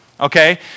okay